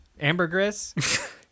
Ambergris